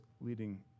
leading